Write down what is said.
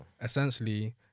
essentially